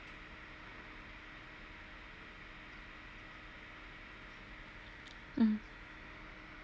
mm